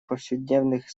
повседневных